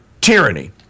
tyranny